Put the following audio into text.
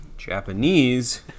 Japanese